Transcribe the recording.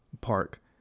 Park